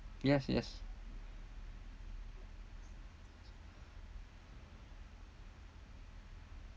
yes yes